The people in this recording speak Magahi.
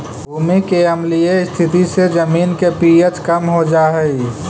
भूमि के अम्लीय स्थिति से जमीन के पी.एच कम हो जा हई